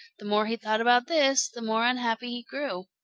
the more he thought about this, the more unhappy he grew.